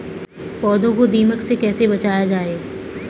पौधों को दीमक से कैसे बचाया जाय?